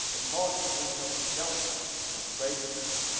imparting to each other shelter and fragrance,